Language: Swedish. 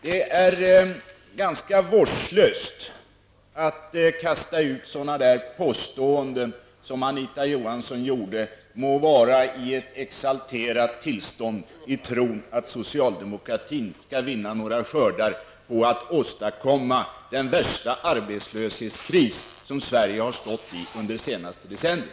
Det är ganska vårdslöst att kasta ut sådana påståenden som Anita Johansson gjorde, må vara i ett exalterat tillstånd i tron att socialdemokraterna skall vinna några skördar på att åstadkomma den värsta arbetslöshetskris som Sverige har haft under det senaste decenniet.